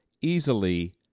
easily